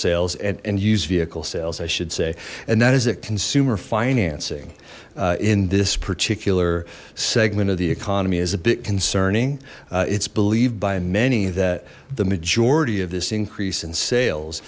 sales and used vehicle sales i should say and that is that consumer financing in this particular segment of the economy is a bit concerning it's believed by many that the majority of this increase in sales